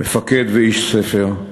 מפקד ואיש ספר,